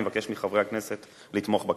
ואני מבקש מחברי הכנסת לתמוך בה,